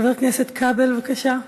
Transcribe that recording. חבר הכנסת כבל, בבקשה,